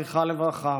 זכרה לברכה,